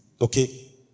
Okay